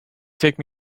take